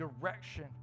direction